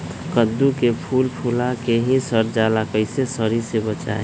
कददु के फूल फुला के ही सर जाला कइसे सरी से बचाई?